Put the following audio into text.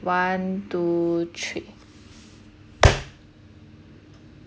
one two three